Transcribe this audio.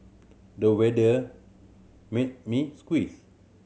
the weather made me